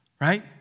right